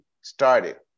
started